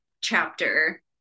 chapter